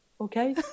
Okay